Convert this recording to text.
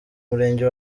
murenge